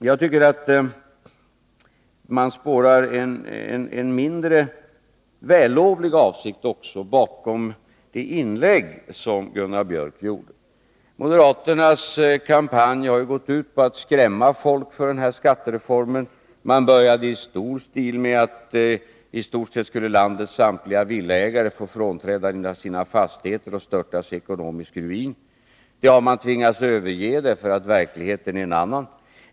Jag tycker att man också spårar en mindre vällovlig avsikt bakom det inlägg som Gunnar Biörck gjorde. Moderaternas kampanj har ju gått ut på att skrämma folk för den här skattereformen. Man började i stor stil att säga att i stort sett skulle landets samtliga villaägare få frånträda sina fastigheter och störtas i ekonomisk ruin. Det har man tvingats överge därför att verkligheten är en annan.